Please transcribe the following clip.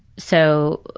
so,